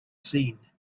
seen